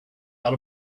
out